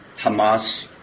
Hamas